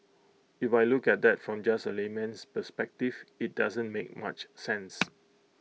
if I look at that from just A layman's A perspective IT doesn't make much sense